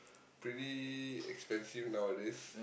pretty expensive nowadays